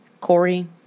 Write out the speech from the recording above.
Corey